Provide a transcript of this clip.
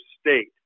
state